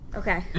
okay